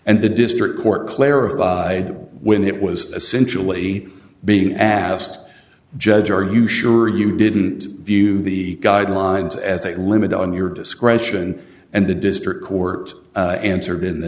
and the district court clarified when it was essentially being asked judge are you sure you didn't view the guidelines as a limit on your discretion and the district court answered in the